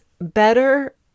better